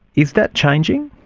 is that changing?